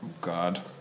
God